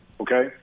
okay